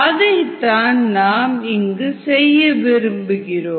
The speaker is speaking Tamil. அதைத்தான் நாம் இங்கு செய்ய விரும்புகிறோம்